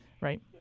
right